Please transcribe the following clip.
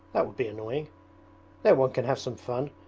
that would be annoying there one can have some fun,